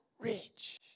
rich